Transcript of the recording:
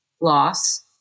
loss